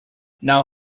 now